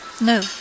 No